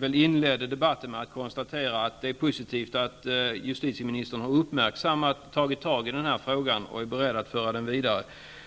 Jag inledde debatten med att konstatera att det är positivt att justitieministern har tagit tag i den här frågan och är beredd att föra den vidare.